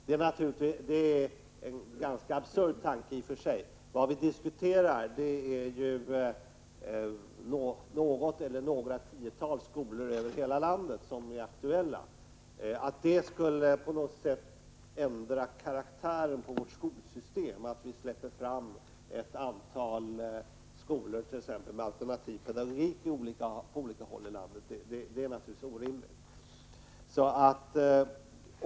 Det är i och för sig en absurd tanke. Det är något eller några tiotal skolor över hela landet som är aktuella. Att det på något sätt skulle ändra karaktären på vårt skolsystem om vi släpper fram ett antal skolor med alternativ pedagogik på olika håll i landet är naturligtvis orimligt.